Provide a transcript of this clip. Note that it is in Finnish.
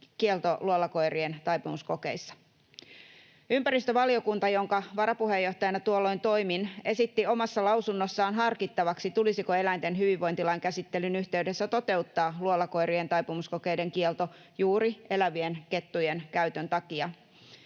kielto luolakoirien taipumuskokeissa. Ympäristövaliokunta, jonka varapuheenjohtajana tuolloin toimin, esitti omassa lausunnossaan harkittavaksi, tulisiko eläinten hyvinvointilain käsittelyn yhteydessä toteuttaa luolakoirien taipumuskokeiden kielto juuri elävien kettujen käytön takia.